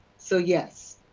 so yes,